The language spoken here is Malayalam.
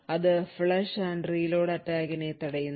അത് flush and reload attck നെ തടയുന്നു